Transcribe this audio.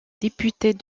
députés